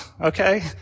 okay